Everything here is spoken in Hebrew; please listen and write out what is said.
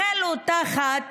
החלו תחת